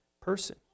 person